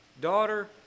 Daughter